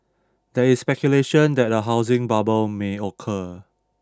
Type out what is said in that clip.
there is speculation that a housing bubble may occur